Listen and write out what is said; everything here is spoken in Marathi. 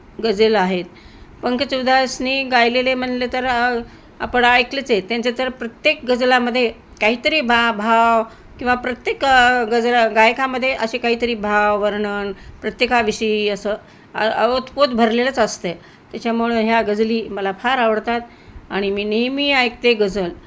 गझल आहेत पंकज उधासनी गायलेले म्हणले तर आपण ऐकलंच आहे त्यांचे तर प्रत्येक गझलामध्ये काहीतरी भा भाव किंवा प्रत्येक गझल गायकामध्ये असे काहीतरी भाव वर्णन प्रत्येकाविषयी असं ओतप्रोत भरलेलंच असतं आहे त्याच्यामुळं ह्या गझली मला फार आवडतात आणि मी नेहमी ऐकते गझल